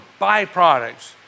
byproducts